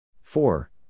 four